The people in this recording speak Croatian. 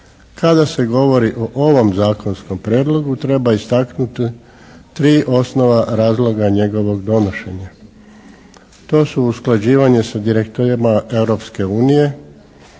Kada se govori o ovom zakonskom prijedlogu treba istaknuti tri osnovna razloga njegovog donošenja. To su usklađivanje sa direktorima Europske unije